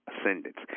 ascendants